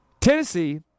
Tennessee